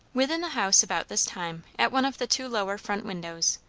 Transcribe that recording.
within the house about this time, at one of the two lower front windows,